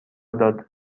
داد